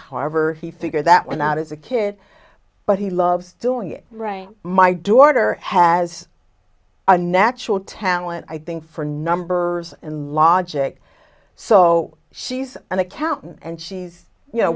harbor he figured that one out as a kid but he loves doing it right my daughter has a natural talent i think for numbers and logic so she's an accountant and she's you know